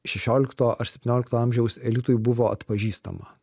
šešiolikto ar septyniolikto amžiaus elitui buvo atpažįstama